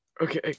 okay